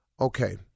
Okay